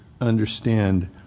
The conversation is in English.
understand